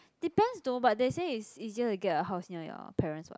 depends though but they say it's easier to get a house near your parents [what]